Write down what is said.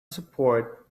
support